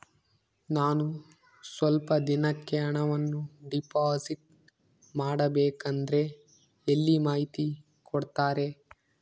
ನಾನು ಸ್ವಲ್ಪ ದಿನಕ್ಕೆ ಹಣವನ್ನು ಡಿಪಾಸಿಟ್ ಮಾಡಬೇಕಂದ್ರೆ ಎಲ್ಲಿ ಮಾಹಿತಿ ಕೊಡ್ತಾರೆ?